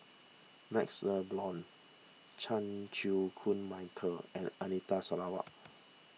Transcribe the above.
MaxLe Blond Chan Chew Koon Michael and Anita Sarawak